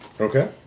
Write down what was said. Okay